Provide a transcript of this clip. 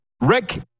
Rick